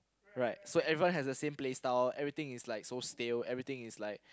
right so everyone have the same play style everything is like so still everything is like